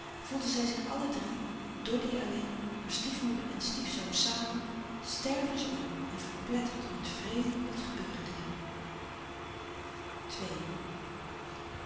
voelden zij zich alle drie doddy alleen maar stiefmoeder en stiefzoon samen stervensbang en verpletterd om het vreemde dat gebeuren ging